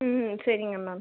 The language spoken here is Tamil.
ம் சரிங்க மேம்